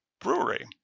Brewery